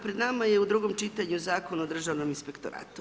Pred nama je u drugom čitanju Zakon o Državnom inspektoratu.